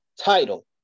title